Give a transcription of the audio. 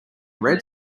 red